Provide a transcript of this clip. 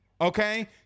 Okay